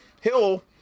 Hill